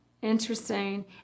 Interesting